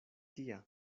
tia